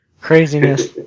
Craziness